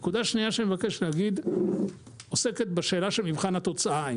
נקודה שנייה שאני מבקש להגיד עוסקת בשאלה של מבחן התוצאה.